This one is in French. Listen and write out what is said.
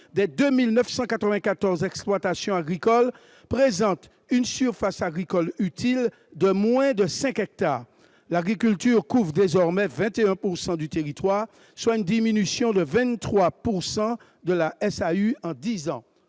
des 2 994 exploitations agricoles présentent une surface agricole utile, ou SAU, de moins de 5 hectares. L'agriculture couvre désormais 21 % du territoire, soit une diminution de 23 % de la SAU en dix ans.